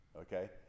Okay